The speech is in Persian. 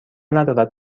ندارد